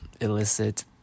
illicit